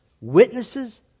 witnesses